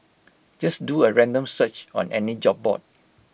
just do A random search on any job board